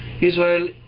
Israel